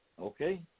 Okay